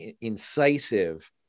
incisive